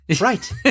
Right